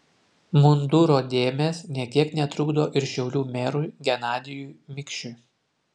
munduro dėmės nė kiek netrukdo ir šiaulių merui genadijui mikšiui